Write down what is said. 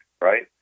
right